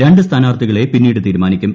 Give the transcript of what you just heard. രണ്ട് സ്ഥാനാർത്ഥികളെ പിന്നീട് തീരുമാനിക്കും